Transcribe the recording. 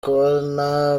kubona